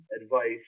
advice